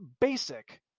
basic